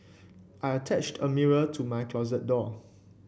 I attached a mirror to my closet door